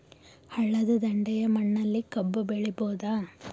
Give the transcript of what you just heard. ಹಳ್ಳದ ದಂಡೆಯ ಮಣ್ಣಲ್ಲಿ ಕಬ್ಬು ಬೆಳಿಬೋದ?